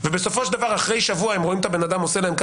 ובסופו של דבר אחרי שבוע הם רואים את הבן אדם בחוץ,